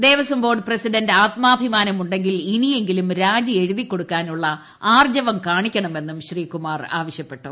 Devaswom board president ആത്മാഭിമാനമുണ്ടെങ്കിൽ ഇനിയെങ്കിലും രാജി എഴുതികൊടുക്കാനുള്ള ആർജ്ജവം കണിക്കണമെന്നും ശ്രീ കുമാർ ആവശ്യപ്പെട്ടു